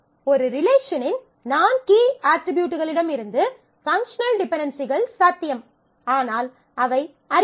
ஒரு ரிலேஷனின் நான் கீ அட்ரிபியூட்களிலிருந்து பங்க்ஷனல் டிபென்டென்சிகள் சாத்தியம் ஆனால் அவை அரிதானவை